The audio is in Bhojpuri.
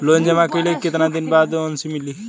लोन जमा कइले के कितना दिन बाद एन.ओ.सी मिली?